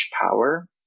power